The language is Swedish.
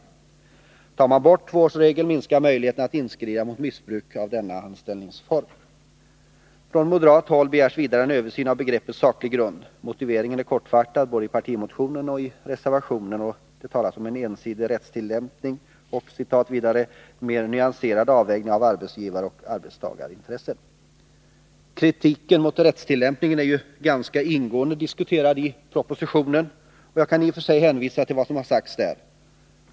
Tar man bort tvåårsregeln minskar möjligheterna att inskrida mot missbruk av denna anställningsform. Från moderat håll begärs vidare en översyn av begreppet saklig grund. Motiveringen är kortfattad, både i partimotionen och i reservationen. Det talas om ”ensidig” rättstillämpning och ”mer nyanserad avvägning av arbetsgivaroch arbetstagarintressena”. Kritiken mot rättstillämpningen diskuteras ingående i propositionen. Jag kan i och för sig hänvisa till vad som sagts där.